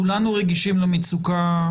כולנו רגישים למצוקה,